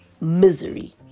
misery